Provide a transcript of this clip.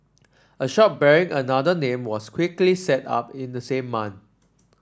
a shop bearing another name was quickly set up in the same month